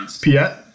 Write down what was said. Piet